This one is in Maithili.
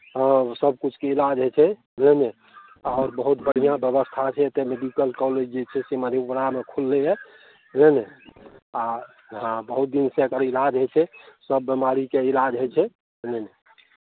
हँ सभकिछुके इलाज होइ छै बुझलियै आओर बहुत बढ़िआँ व्यवस्था छै एतय मेडिकल कॉलेज जे छै से मधेपुरामे खुललैए बुझलियै ने आ हँ बहुत दिनसँ एतय इलाज होइ छै सभ बीमारीके इलाज होइ छै बुझलियै ने